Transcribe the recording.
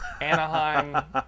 Anaheim